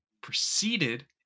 proceeded